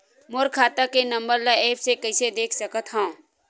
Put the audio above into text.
मोर खाता के नंबर ल एप्प से कइसे देख सकत हव?